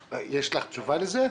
יש לך תשובה על זה?